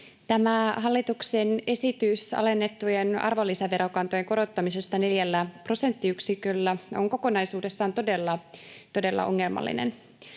hallituksen esitys alennettujen arvonlisäverokantojen korottamisesta neljällä prosenttiyksiköllä on kokonaisuudessaan todella ongelmallinen.